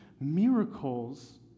miracles